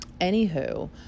Anywho